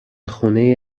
خونه